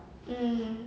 mm